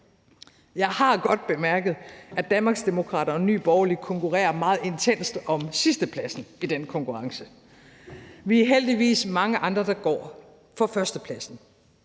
Jeg har godt bemærket, at Danmarksdemokraterne og Nye Borgerlige konkurrerer meget intenst om sidstepladsen i den konkurrence. Vi er heldigvis mange andre, der går efter førstepladsen.